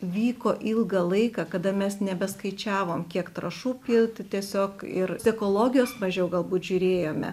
vyko ilgą laiką kada mes nebeskaičiavom kiek trąšų pilti tiesiog ir sekologijos mažiau galbūt žiūrėjome